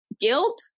Guilt